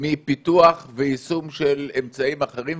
מפיתוח ויישום של אמצעים אחרים.